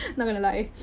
not gonna lie.